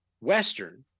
Western